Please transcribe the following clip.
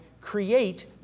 create